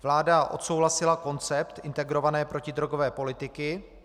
Vláda odsouhlasila koncept integrované protidrogové politiky.